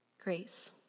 grace